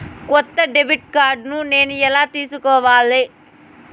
కొత్త debit card నేను ఎలా తీసుకోవాలి?